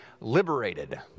liberated